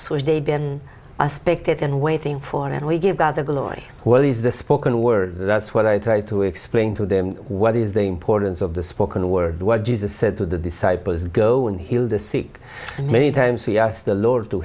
was they'd been a spectator and waiting for and we give god the glory what is the spoken word that's what i try to explain to them what is the importance of the spoken word what jesus said to the disciples go on heal the sick and many times he asked the lord to